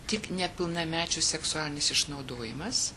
tik nepilnamečių seksualinis išnaudojimas